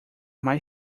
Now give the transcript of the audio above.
mais